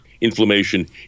inflammation